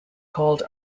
called